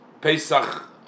Pesach